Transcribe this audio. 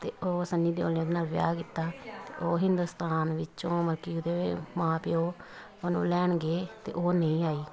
ਅਤੇ ਉਹ ਸਨੀ ਦਿਓਲ ਨੇ ਉਹਦੇ ਨਾਲ ਵਿਆਹ ਕੀਤਾ ਉਹ ਹਿੰਦੁਸਤਾਨ ਵਿੱਚੋਂ ਮਲ ਕਿ ਉਹਦੇ ਮਾਂ ਪਿਓ ਉਹਨੂੰ ਲੈਣ ਗਏ ਅਤੇ ਉਹ ਨਹੀਂ ਆਈ